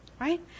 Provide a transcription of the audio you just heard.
right